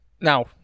now